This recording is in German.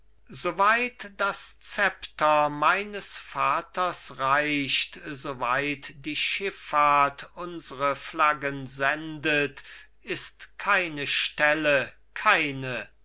weit das zepter meines vaters reicht so weit die schiffahrt unsre flaggen sendet ist keine stelle keine